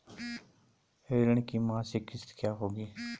ऋण की मासिक किश्त क्या होगी?